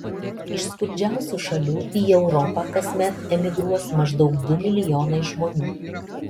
iš skurdžiausių šalių į europą kasmet emigruos maždaug du milijonai žmonių